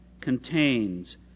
contains